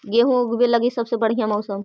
गेहूँ ऊगवे लगी सबसे बढ़िया मौसम?